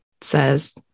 says